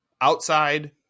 outside